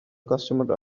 customer